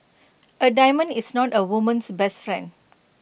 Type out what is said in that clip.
A diamond is not A woman's best friend